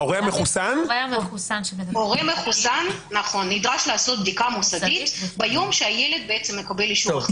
הורה מחוסן נדרש לעשות בדיקה מוסדית ביום שהילד מקבל אישור החלמה.